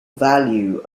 value